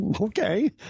Okay